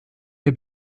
der